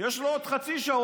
יש לו עוד חצי שעה,